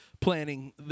planning